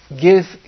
give